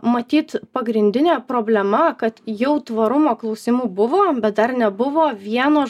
matyt pagrindinė problema kad jau tvarumo klausimų buvo bet dar nebuvo vieno